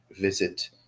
visit